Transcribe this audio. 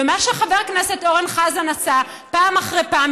ומה שחבר הכנסת אורן חזן עשה פעם אחרי פעם,